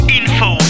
info